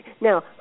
Now